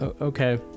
Okay